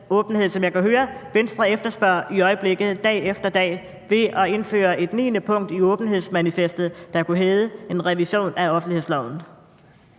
åbenhed, som jeg kan høre at Venstre efterspørger i øjeblikket, dag efter dag, ved at indføre et 9. punkt i åbenhedsmanifestet, som kunne hedde en revision af offentlighedsloven?